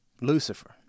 Lucifer